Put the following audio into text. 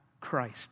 Christ